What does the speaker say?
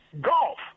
golf